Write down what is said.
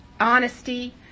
honesty